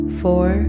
four